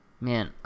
Man